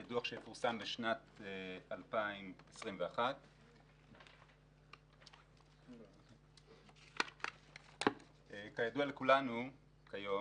זה דוח שיפורסם בשנת 2021. כידוע לכולנו כיום,